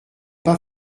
pas